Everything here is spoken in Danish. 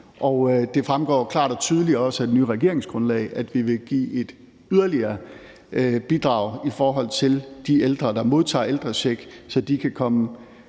det fremgår også klart og tydeligt af det nye regeringsgrundlag, at vi vil give et yderligere bidrag i forhold til de ældre, der modtager ældrecheck, så de kan komme